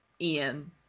Ian